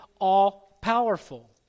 all-powerful